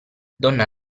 donna